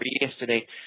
yesterday